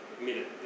minute